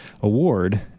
award